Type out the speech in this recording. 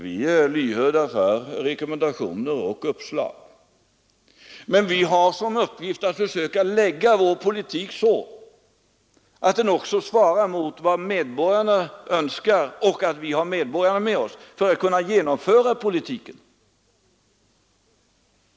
Vi är lyhörda för rekommendationer och uppslag, men vi har som uppgift att försöka lägga vår politik så att den också svarar mot vad medborgarna önskar och så att vi har medborgarna med oss när det gäller att genomföra politiken.